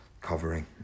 covering